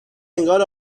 انگار